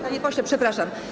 Panie pośle, przepraszam.